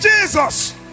Jesus